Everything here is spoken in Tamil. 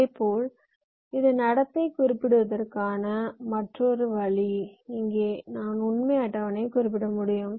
இதேபோல் இது நடத்தை குறிப்பிடுவதற்கான மற்றொரு வழி இங்கே நான் உண்மை அட்டவணையை குறிப்பிட முடியும்